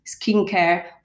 skincare